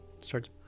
starts